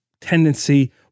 tendency